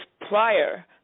prior